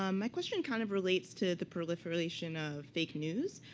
um my question kind of relates to the proliferation of fake news.